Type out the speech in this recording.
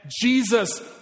Jesus